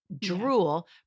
drool